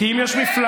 כי אם יש מפלגה,